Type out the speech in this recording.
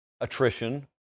attrition